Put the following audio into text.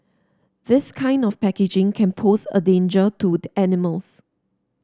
this kind of packaging can pose a danger to the animals